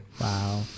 Wow